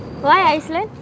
why iceland